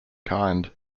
kind